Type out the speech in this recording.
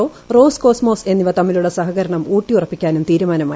O Roscosmos എന്നിവ തമ്മിലുള്ള സഹകരണം ഊട്ടിയുറപ്പിക്കാനും തീരുമാനമായി